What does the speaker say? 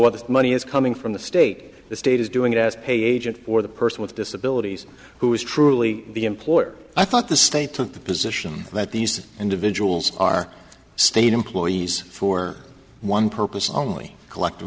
that money is coming from the state the state is doing it as pay agent or the person with disabilities who is truly the employer i thought the state took the position that these individuals are state employees for one purpose only collective